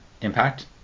Impact